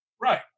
Right